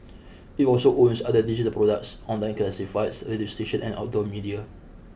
it also owns other digital products online classifieds radio stations and outdoor media